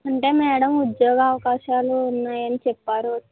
అంటే మేడం ఉద్యోగ అవకాశాలు ఉన్నాయని చెప్పారు వచ్చాను